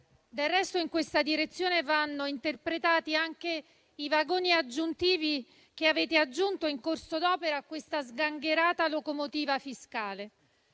Del resto, in questa direzione vanno interpretati anche i vagoni che avete aggiunto in corso d'opera a questa sgangherata locomotiva fiscale: